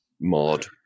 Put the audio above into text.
mod